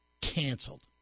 canceled